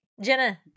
Jenna